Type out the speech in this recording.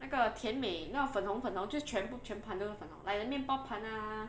那个甜美那种粉红粉红就是全部全盘都是粉红 like the 面包盘 ah